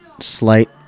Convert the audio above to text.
slight